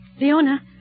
Leona